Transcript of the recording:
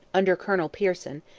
under colonel pearson,